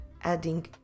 adding